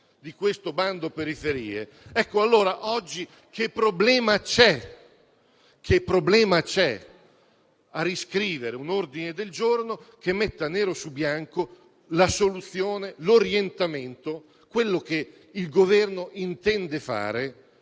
di questo bando periferie. Ciò posto, oggi che problema c'è a riscrivere un ordine del giorno che metta nero su bianco la soluzione, l'orientamento, quello che il Governo intende fare